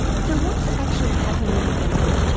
so what's actually happening in the brain?